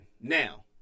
now